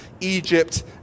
Egypt